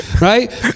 right